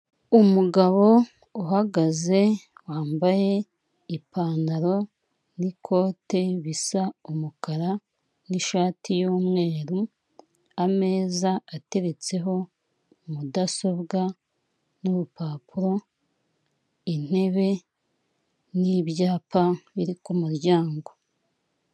Umugabo uhagaze wambaye ipantaro n'ikote bisa umukara n'ishati y'umweru ameza ateretseho mudasobwa n'urupapuro, intebe n'ibyapa biri ku muryango.